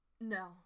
No